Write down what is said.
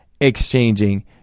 exchanging